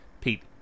Pete